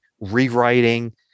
rewriting